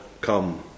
come